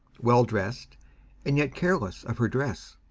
well dressed and yet careless of her dress,